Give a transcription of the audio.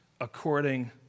according